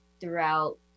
throughout